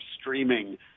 streaming